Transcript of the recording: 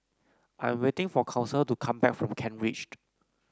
I am waiting for Council to come back from Kent Ridge